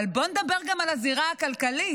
אבל בואו נדבר גם על הזירה הכלכלית,